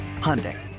Hyundai